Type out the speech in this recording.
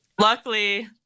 Luckily